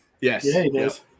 yes